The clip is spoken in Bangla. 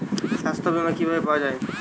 সাস্থ্য বিমা কি ভাবে পাওয়া যায়?